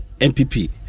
MPP